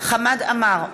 חמד עמאר,